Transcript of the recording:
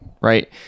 right